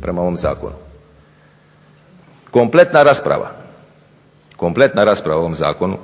prema ovom zakonu. Kompletna rasprava o ovom zakonu